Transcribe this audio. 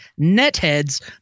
#Netheads